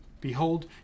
Behold